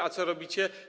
A co robicie?